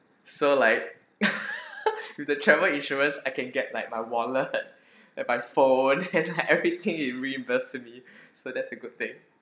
so like with the travel insurance I can get like my wallet my phone and like everything reimburse to me so that's the good thing